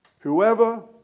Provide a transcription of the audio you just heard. Whoever